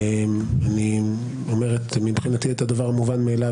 אני אומר מבחינתי את הדבר המובן מאליו